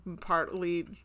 partly